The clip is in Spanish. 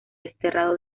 desterrado